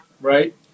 Right